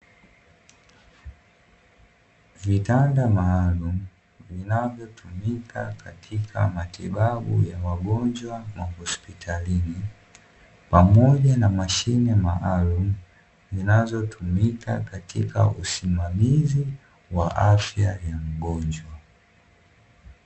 Vitanda maalumu vinavyotumika katika matibabu ya wagonjwa mahospitalini, pamoja na mashine maalumu zinazotumika katika usimamizi wa afya ya mgonjwa.